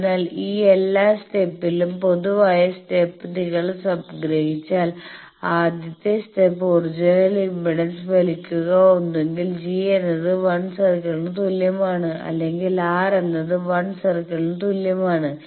അതിനാൽ ഈ എല്ലാ സ്റ്റെപ്പിലെയും പൊതുവായ സ്റ്റെപ് നിങ്ങൾ സംഗ്രഹിച്ചാൽ ആദ്യത്തെ സ്റ്റെപ് ഒറിജിനൽ ഇംപെഡൻസ് വലിക്കുക ഒന്നുകിൽ g എന്നത് 1 സർക്കിളിന് തുല്യമാണ് അല്ലെങ്കിൽ r എന്നത് 1 സർക്കിളിന് തുല്യമാണ്